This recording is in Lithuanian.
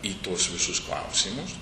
į tuos visus klausimus